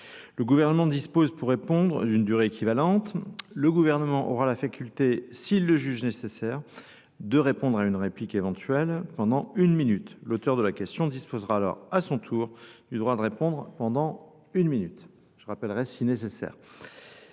Le gouvernement dispose pour répondre d'une durée équivalente. Le gouvernement aura la faculté, s'il le juge nécessaire, de répondre à une réplique éventuelle pendant une minute. L'auteur de la question disposera alors à son tour du droit de répondre pendant une minute. Je rappellerai si nécessaire.